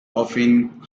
often